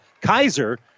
Kaiser